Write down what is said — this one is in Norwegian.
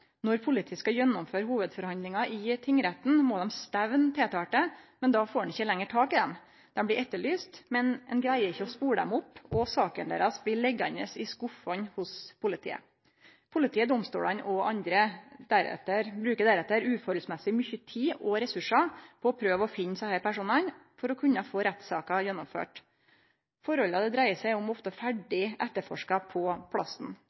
Når politiet skal gjennomføre hovudforhandlingar i tingretten, må dei stemne tiltalte, men då får ein ikkje lenger tak i dei. Dei blir etterlyste, men ein greier ikkje å spore dei opp, og sakene deira blir liggjande i skuffene hos politiet. Politiet, domstolane og andre bruker deretter uforholdsmessig mykje tid og ressursar på å prøve å finne desse personane for å kunne få rettssakene gjennomførde. Forholda det dreier seg om, er ofte ferdig etterforska på